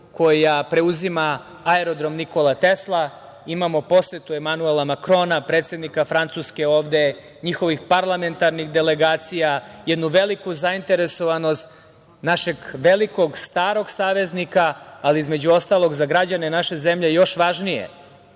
koja preuzima Aerodrom „Nikola Tesla“, imamo posetu Emanuela Makrona predsednika Francuske ovde, njihovih parlamentarnih delegacija, jednu veliku zainteresovanost našeg velikog starog saveznika, ali, između ostalog, za građane naše zemlje još važnije,